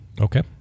Okay